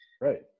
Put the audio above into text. right